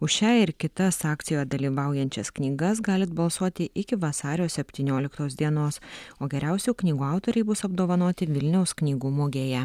už šią ir kitas akcijoje dalyvaujančias knygas galit balsuoti iki vasario septynioliktos dienos o geriausių knygų autoriai bus apdovanoti vilniaus knygų mugėje